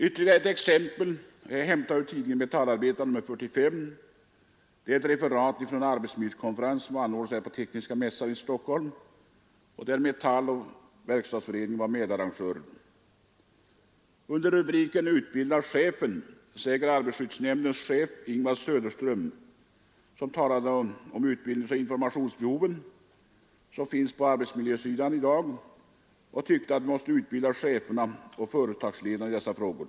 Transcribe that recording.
Det är ett referat från en arbetsmiljökonferens anordnad av Tekniska mässan i Stockholm där Metall och Verkstadsföreningen var medarrangörer. Arbetarskyddsnämndens chef Ingvar Söderström, som talade om de enorma utbildningsoch informationsbehov som finns på arbetsmiljösidan i dag, tryckte på att vi måste utbilda cheferna, företagsledarna, i dessa frågor.